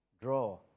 Draw